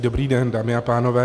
Dobrý den, dámy a pánové.